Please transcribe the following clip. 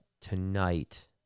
tonight